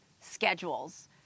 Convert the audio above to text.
schedules